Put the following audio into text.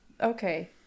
Okay